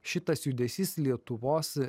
šitas judesys lietuvos